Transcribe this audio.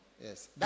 Yes